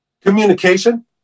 Communication